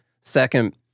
Second